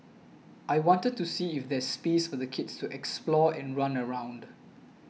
I wanted to see if there's space for the kids to explore and run around